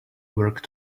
work